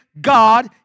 God